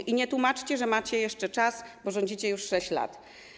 I nie tłumaczcie, że macie jeszcze czas, bo rządzicie już 6 lat.